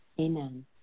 amen